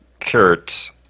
Kurt